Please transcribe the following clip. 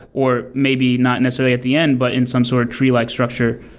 or maybe not necessary at the end, but in some sort a treelike structure,